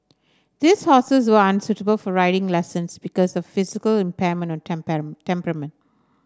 these horses were unsuitable for riding lessons because of physical impairment or temperament